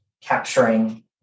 capturing